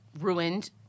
ruined